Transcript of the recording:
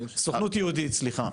הרשימה הזו --- סוכנות יהודית סליחה,